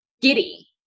giddy